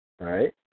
right